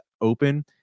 open